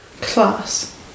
class